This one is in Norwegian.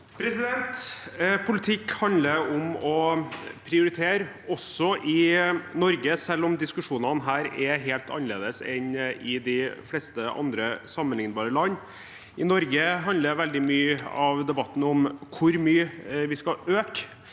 Politikk handler om å prioritere, også i Norge, selv om diskusjonene her er helt annerledes enn i de fleste andre sammenlignbare land. I Norge handler veldig mye av debatten om hvor mye vi skal øke